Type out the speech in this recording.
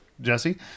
Jesse